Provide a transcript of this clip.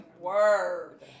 Word